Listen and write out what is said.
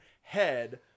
head